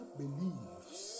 believes